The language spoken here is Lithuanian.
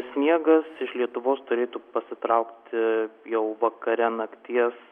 sniegas iš lietuvos turėtų pasitraukti jau vakare nakties